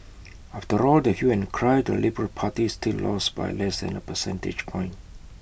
after all the hue and cry the liberal party still lost by less than A percentage point